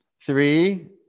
Three